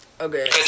Okay